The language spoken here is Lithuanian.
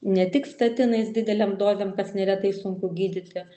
ne tik statinais didelėm dozėm kas neretai sunku gydyti